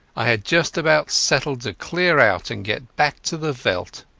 i had just about settled to clear out and get back to the veld,